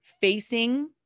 facing